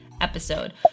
episode